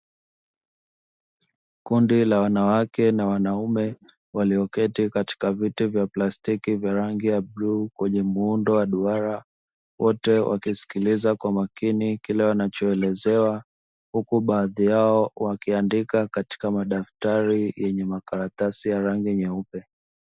Kunde la wanawake na wanaume walioketi katika viti vya plastiki vya rangi ya bluu kwenye muundo wa duara wote wakisikiliza kwa makini kile wanachoelezewa huku baadhi yao wakiandika katika madaftari yenye makaratasi ya rangi nyeupe.